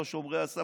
לא שומרי הסף,